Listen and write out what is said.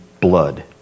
blood